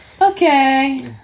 Okay